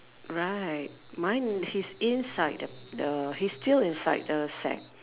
right mine he's inside the the he's still inside the sack